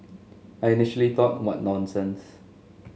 I initially thought what nonsense